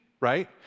right